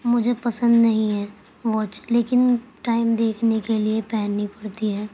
مجھے پسند نہیں ہے واچ لیکن ٹائم دیکھنے کے لیے پہننی پڑتی ہے